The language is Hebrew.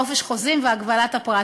חופש חוזים והגבלת הפרט.